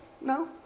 no